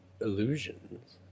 illusions